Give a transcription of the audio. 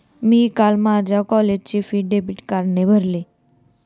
मी काल माझ्या कॉलेजची फी डेबिट कार्डने भरली